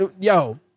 Yo